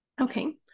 Okay